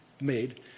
made